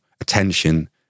attention